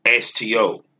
STO